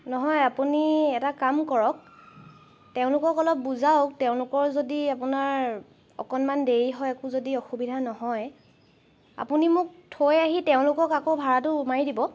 নহয় আপুনি এটা কাম কৰক তেওঁলোকক অলপ বুজাওক তেওঁলোকৰ যদি আপোনাৰ অকণমান দেৰি হয় একো যদি অসুবিধা নহয় আপুনি মোক থৈ আহি তেওঁলোকক আকৌ ভাড়াটো মাৰি দিব